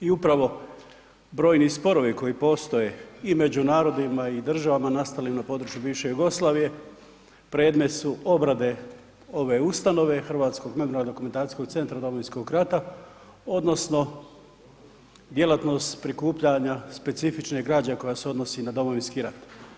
I upravo brojni sporovi koji postoje i među narodima i državama nastalim na području bivše Jugoslavije predmet su obrade ove ustanove Hrvatsko memorijalno-dokumentacijskog centra Domovinskog rata odnosno djelatnost prikupljanja specifične građe koja se odnosi na Domovinski rat.